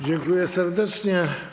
Dziękuję serdecznie.